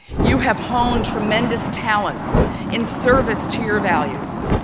you have honed tremendous talents in service to your values.